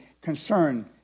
concern